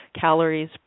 calories